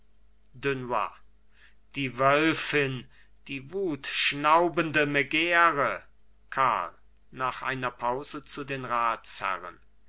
dunois die wölfin die wutschnaubende megäre karl nach einer pause zu den ratsherren